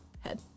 head